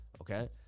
okay